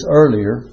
earlier